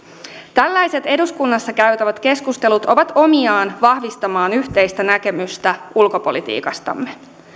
tällaiset eduskunnassa käytävät keskustelut ovat omiaan vahvistamaan yhteistä näkemystä ulkopolitiikastamme